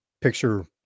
picture